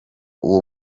uwo